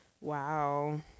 wow